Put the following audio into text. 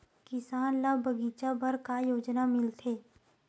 किसान ल बगीचा बर का योजना मिलथे?